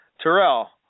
Terrell